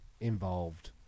involved